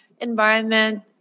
environment